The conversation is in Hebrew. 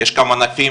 יש כאן ענפים